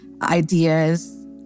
ideas